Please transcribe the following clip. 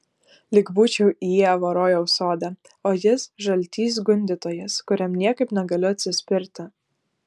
lyg būčiau ieva rojaus sode o jis žaltys gundytojas kuriam niekaip negaliu atsispirti